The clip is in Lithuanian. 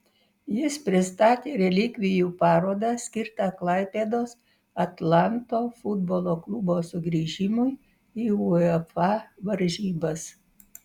jis pristatė relikvijų parodą skirtą klaipėdos atlanto futbolo klubo sugrįžimui į uefa varžybas